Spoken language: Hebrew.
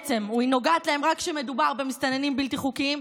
בעצם היא נוגעת להם רק כשמדובר במסתננים בלתי חוקיים,